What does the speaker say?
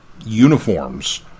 uniforms